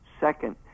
Second